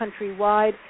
countrywide